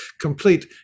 Complete